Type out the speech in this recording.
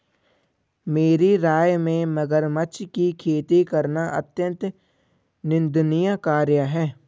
मेरी राय में मगरमच्छ की खेती करना अत्यंत निंदनीय कार्य है